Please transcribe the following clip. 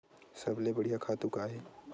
सबले बढ़िया खातु का हे?